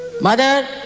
Mother